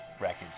records